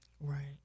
right